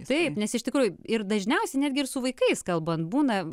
taip nes iš tikrųjų ir dažniausiai netgi ir su vaikais kalbant būna